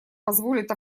позволит